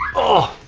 oh.